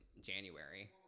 January